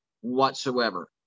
whatsoever